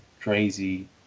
crazy